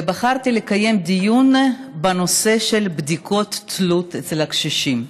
ובחרתי לקיים דיון בנושא של בדיקות תלות אצל הקשישים.